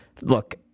look